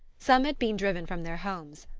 some had been driven from their homes,